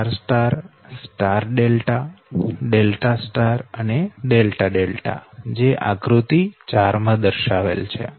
star star star delta delta star અને delta delta જે આકૃતિ 4 માંદર્શાવેલ છે